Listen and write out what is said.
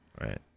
Right